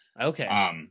Okay